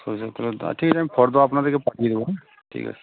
সর্ষের তেলের দাম ঠিক আছে আমি ফর্দ আপনাদেরকে পাঠিয়ে দেবো হ্যাঁ ঠিক আছে